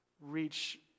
reach